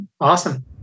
Awesome